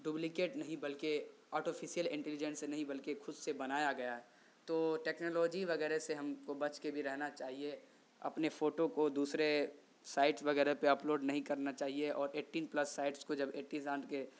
duplicate نہیں بلکہ artificial intelligence نہیں بلکہ خود سے بنایا گیا ہے تو ٹیکنالوجی وغیرہ سے ہم کو بچ کے بھی رہنا چاہیے اپنے فوٹو کو دوسرے سائٹ وغیرہ پہ اپ لوڈ نہیں کرنا چاہیے اور ایٹین پلس سائٹس کو جب ایٹیزانٹ کے